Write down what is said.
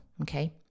okay